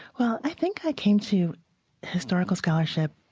well, i think i came to historical scholarship